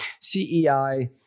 CEI